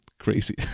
crazy